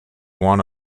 one